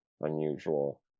unusual